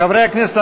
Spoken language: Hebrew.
חברי הכנסת,